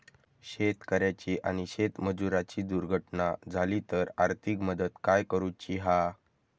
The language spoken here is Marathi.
शेतकऱ्याची आणि शेतमजुराची दुर्घटना झाली तर आर्थिक मदत काय करूची हा?